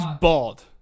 bald